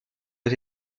aux